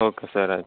okay sir ಆಯ್ತು